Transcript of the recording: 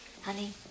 Honey